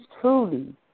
truly